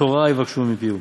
תורה יבקשו מפיהו,